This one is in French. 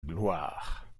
gloire